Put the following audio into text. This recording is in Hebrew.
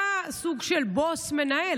אתה סוג של בוס מנהל.